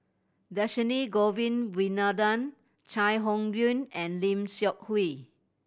Dhershini Govin Winodan Chai Hon Yoong and Lim Seok Hui